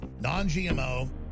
non-gmo